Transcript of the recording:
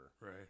Right